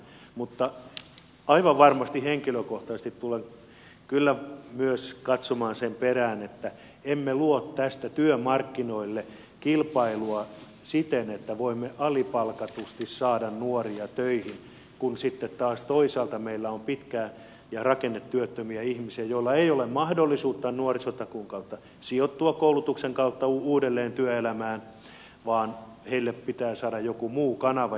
mutta aivan varmasti henkilökohtaisesti tulen kyllä myös katsomaan sen perään että emme luo tästä työmarkkinoille kilpailua siten että voimme alipalkatusti saada nuoria töihin kun sitten taas toisaalta meillä on pitkäaikais ja rakennetyöttömiä ihmisiä joilla ei ole mahdollisuutta nuorisotakuun kautta sijoittua koulutuksen kautta uudelleen työelämään vaan heille pitää saada joku muu kanava